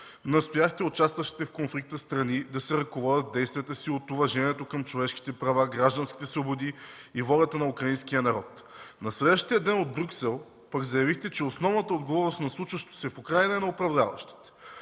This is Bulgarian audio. настояще – участващите в конфликта страни да се ръководят в действията си от уважението към човешките права, гражданските свободи и волята на украинския народ. На следващия ден от Брюксел пък заявихте, че основната отговорност на случващото се в Украйна, е на управляващите.